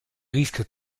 risque